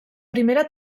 primera